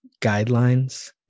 guidelines